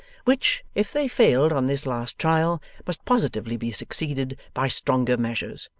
which, if they failed on this last trial, must positively be succeeded by stronger measures.